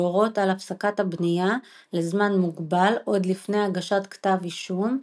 להורות על הפסקת הבנייה לזמן מוגבל עוד לפני הגשת כתב אישום,